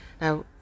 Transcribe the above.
Now